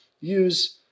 use